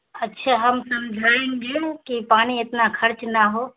اچھے ہم سمجھائیں گے کہ پانی اتنا خرچ نہ ہو